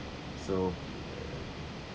so